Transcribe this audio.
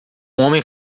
homem